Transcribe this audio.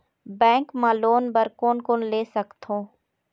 Bank मा loan बर कोन कोन ले सकथों?